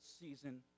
season